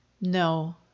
no